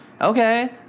Okay